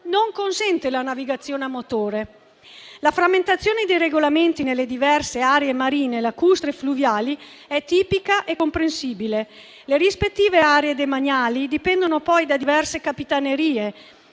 non consente la navigazione a motore. La frammentazione dei regolamenti nelle diverse aree marine, lacustri e fluviali è tipica e comprensibile. Le rispettive aree demaniali dipendono poi da diverse capitanerie,